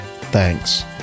thanks